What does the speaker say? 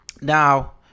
Now